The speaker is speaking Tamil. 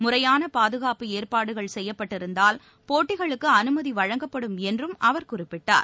முறையான பாதுகாப்பு ஏற்பாடுகள் செய்யப்பட்டிருந்தால் போட்டிகளுக்கு அனுமதி வழங்கப்படும் என்றும் அவர் குறிப்பிட்டார்